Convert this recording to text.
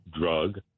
drug